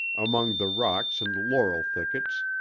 among the rocks and laurel thickets,